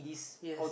yes